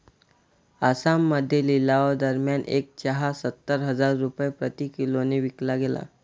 आसाममध्ये लिलावादरम्यान एक चहा सत्तर हजार रुपये प्रति किलोने विकला गेला